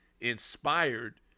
inspired